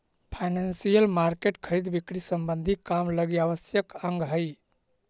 financial market खरीद बिक्री संबंधी काम लगी आवश्यक अंग हई